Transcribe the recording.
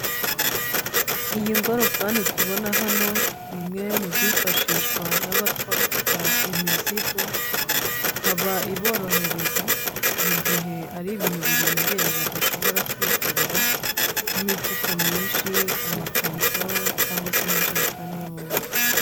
Iyi ngorofani tubona hano, ni imwe mu zifashishwa n'abatwara imizigo, ikaba iborohereza mu gihe ari ibintu biremereye badashobora kwikorera, nk'imifuka myinshi, amakarito cyangwa se amajerekani y'amavuta.